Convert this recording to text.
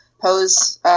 pose